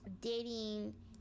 dating